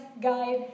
guide